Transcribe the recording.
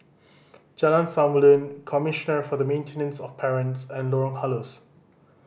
Jalan Samulun Commissioner for the Maintenance of Parents and Lorong Halus